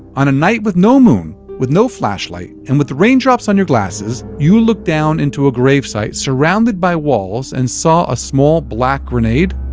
on a night with no moon, with no flashlight and with raindrops on your glasses you looked down into a gravesite surrounded by walls and saw a small black grenade?